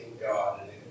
God